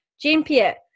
Jean-Pierre